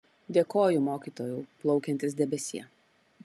dėkoju mokytojau plaukiantis debesie